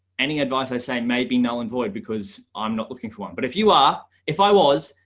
any advice i say may be null and void because i'm not looking for one but if you are, if i was,